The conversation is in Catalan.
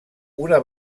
una